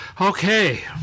Okay